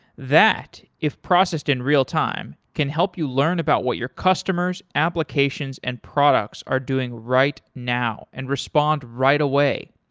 that, if processed in real-time can help you learn about what your customers, applications, and products are doing right now and respond right away.